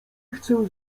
chcę